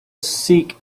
seek